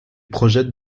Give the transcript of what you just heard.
projettent